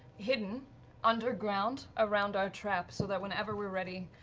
hidden underground around our trap, so that whenever we're ready,